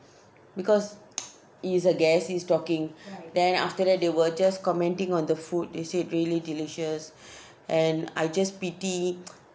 because he is a guest he is talking then after that they were just commenting on the food they say it really delicious and I just pity